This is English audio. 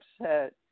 upset